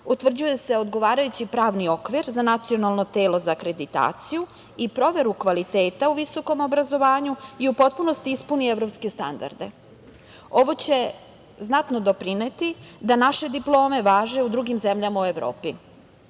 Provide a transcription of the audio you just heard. utvrđuje se odgovarajući pravni okvir za nacionalno telo za akreditaciju i proveru kvaliteta u visokom obrazovanju i u potpunosti ispuni evropske standarde. Ovo će znatno doprineti da naše diplome važe u drugim zemljama u